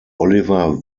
oliver